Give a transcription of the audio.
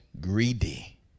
greedy